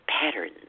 patterns